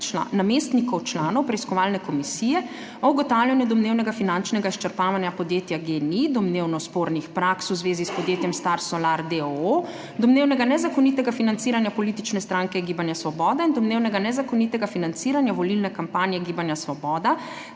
namestnikov članov Preiskovalne komisije o ugotavljanju domnevnega finančnega izčrpavanja podjetja GEN-I, domnevno spornih praks v zvezi s podjetjem STAR SOLAR, d. o. o., domnevnega nezakonitega financiranja politične stranke GIBANJE SVOBODA in domnevnega nezakonitega financiranja volilne kampanje GIBANJE SVOBODA